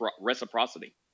reciprocity